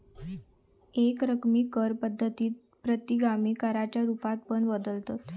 एकरकमी कर पद्धतीक प्रतिगामी कराच्या रुपात पण बघतत